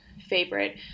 favorite